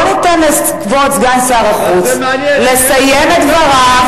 בואו ניתן לכבוד סגן שר החוץ לסיים את דבריו.